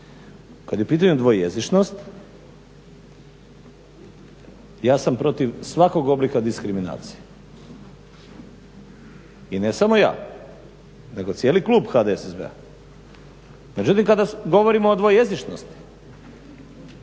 Kad je u pitanju dvojezičnost ja sam protiv svakog oblika diskriminacije. I ne samo ja, nego cijeli klub HDSSB-a. Međutim kada govorimo o dvojezičnosti,